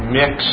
mix